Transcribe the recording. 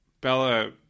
Bella